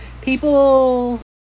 People